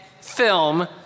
film